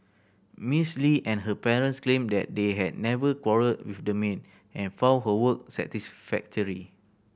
Miss Li and her parents claimed that they had never quarrelled with the maid and found her work satisfactory